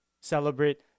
celebrate